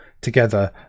together